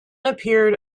appeared